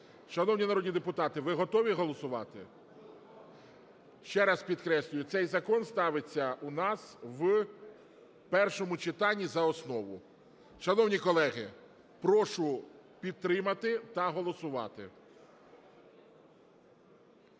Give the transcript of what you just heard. Шановні народні депутати, ви готові голосувати? Ще раз підкреслюю, цей закон ставиться у нас в першому читанні за основу. Шановні колеги! Прошу підтримати та голосувати.